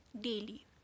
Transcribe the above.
daily